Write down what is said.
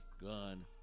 gun